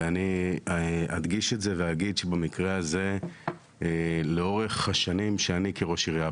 ואני אדגיש את זה ואגיד שבמקרה הזה לאורך השנים שאני כראש עירייה,